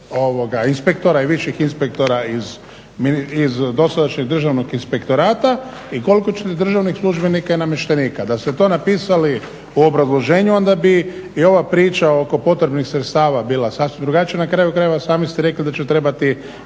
inspektora i viših inspektora iz dosadašnjeg Državnog inspektorata i koliko ćete državnih službenika i namještenika. Da ste to napisali u obrazloženju onda bi i ova priča oko potrebnih sredstava bila sasvim drugačija. Na kraju krajeva, sami ste rekli da će trebati